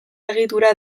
egitura